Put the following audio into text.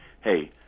hey